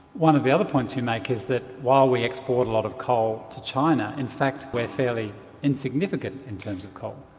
one of the other points you make is that while we export a lot of coal to china, in fact we're fairly insignificant in terms of coal.